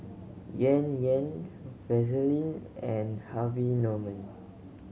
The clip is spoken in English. Yan Yan Vaseline and Harvey Norman